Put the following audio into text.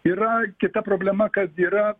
yra kita problema kad yra